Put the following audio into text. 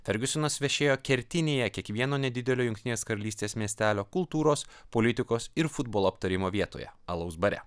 fergiusenas viešėjo kertinėje kiekvieno nedidelio jungtinės karalystės miestelio kultūros politikos ir futbolo aptarimo vietoje alaus bare